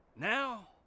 Now